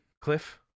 Cliff